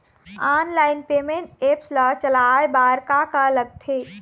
Online payment apps ला चलाए बार का का लगथे?